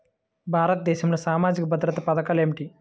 భారతదేశంలో సామాజిక భద్రతా పథకాలు ఏమిటీ?